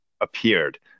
appeared